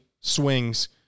swings